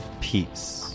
peace